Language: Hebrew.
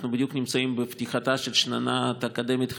אנחנו בדיוק נמצאים בפתיחתה של שנה אקדמית חדשה,